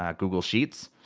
um google sheets.